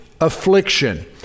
affliction